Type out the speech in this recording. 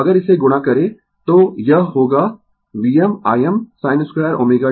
तो अगर इसे गुणा करें तो यह होगा VmIm sin 2ω t